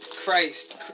Christ